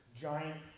giant